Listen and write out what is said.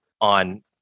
on